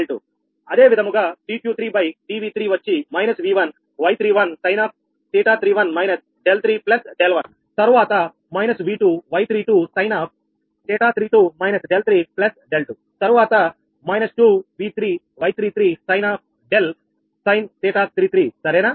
అదే విధముగా dQ3 dV3 వచ్చి 𝑉1𝑌31 sin𝜃31− 𝛿3 𝛿1 తర్వాత 𝑉2𝑌32 sin𝜃32− 𝛿3 𝛿2 తరువాత 2𝑉3𝑌33 sin 𝛿 sin𝜃33 సరేనా